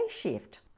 shift